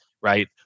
right